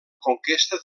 conquesta